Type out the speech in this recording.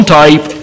type